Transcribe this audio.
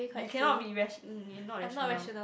you cannot be rat~ you not rational